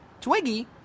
Twiggy